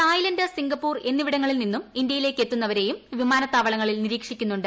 Thailand Singapore എന്നിവിടങ്ങളിൽ നിന്നും ഇന്ത്യയിലേക്ക് എത്തുന്നവരെയും വിമാന്ത്യാവളങ്ങളിൽ നിരീക്ഷിക്കുന്നുണ്ട്